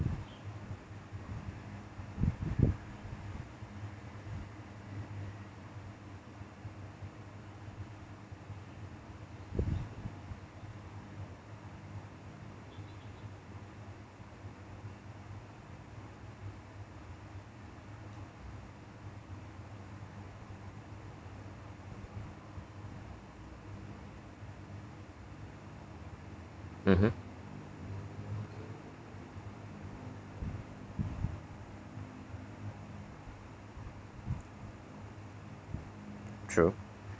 mmhmm true